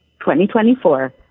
2024